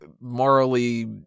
morally